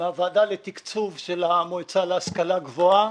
מהוועדה לתקצוב של המועצה להשכלה גבוהה,